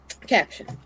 caption